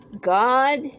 God